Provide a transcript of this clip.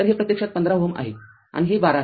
तरयेथे हे प्रत्यक्षात १५ Ω आहे आणि हे १२ आहे